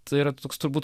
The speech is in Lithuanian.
tai yra toks turbūt